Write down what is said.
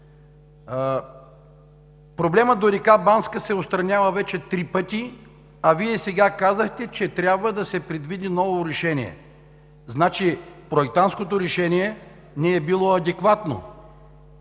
Проблемът до река Банска се отстранява вече три пъти, а Вие сега казахте, че трябва да се предвиди ново решение. Значи проектантското решение не е било адекватно?!